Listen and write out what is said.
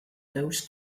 those